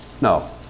No